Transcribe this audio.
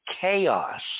chaos